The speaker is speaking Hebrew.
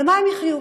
על מה הן יחיו?